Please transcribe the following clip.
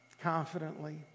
confidently